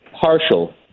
partial